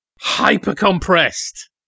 hyper-compressed